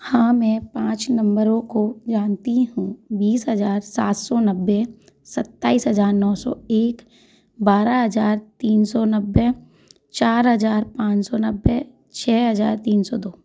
हाँ मैं पाँच नंबरो को जानती हूँ बीस हजार सात सौ नब्बे सत्ताईस हजार नौ सौ एक बारह हजार तीन सौ नब्बे चार हजार पाँच सौ नब्बे छ हजार तीन सौ दो